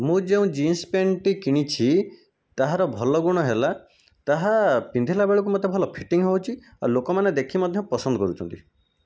ମୁଁ ଯେଉଁ ଜିନ୍ସ ପେଣ୍ଟଟି କିଣିଛି ତାହାର ଭଲ ଗୁଣ ହେଲା ତାହା ପିନ୍ଧିଲା ବେଳକୁ ମୋତେ ଭଲ ଫିଟିଙ୍ଗ୍ ହେଉଛି ଆଉ ଲୋକମାନେ ଦେଖି ମଧ୍ୟ ପସନ୍ଦ କରୁଛନ୍ତି